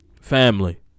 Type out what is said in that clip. Family